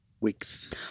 weeks